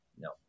No